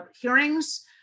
hearings